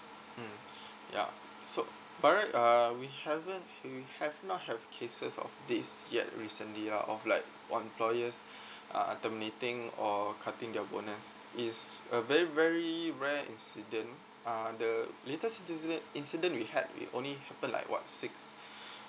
mm ya so by right uh we haven't we have not have cases of this yet recently ah of like employers uh terminating or cutting your bonus is a very very rare incident uh the latest incident incident we had it only happened like what six